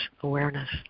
awareness